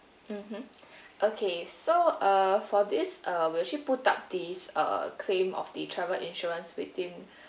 mmhmm okay so err for this uh we'll actually put up this uh claim of the travel insurance within